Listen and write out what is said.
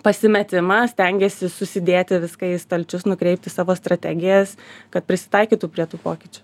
pasimetimą stengiasi susidėti viską į stalčius nukreipti savo strategijas kad prisitaikytų prie tų pokyčių